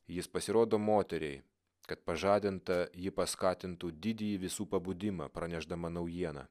jis pasirodo moteriai kad pažadinta ji paskatintų didįjį visų pabudimą pranešdama naujieną